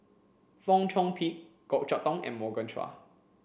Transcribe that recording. Fong Chong Pik Goh Chok Tong and Morgan Chua